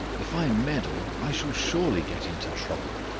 if i meddle i shall surely get into trouble.